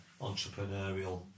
entrepreneurial